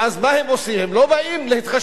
הם לא באים להתחשבן עם הממשלה,